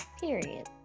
Period